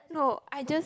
no I just